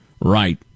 Right